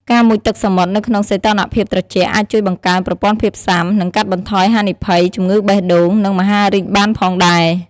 ការមុជទឹកសមុទ្រនៅក្នុងសីតុណ្ហភាពត្រជាក់អាចជួយបង្កើនប្រព័ន្ធភាពស៊ាំ និងកាត់បន្ថយហានិភ័យជំងឺបេះដូង និងមហារីកបានផងដែរ។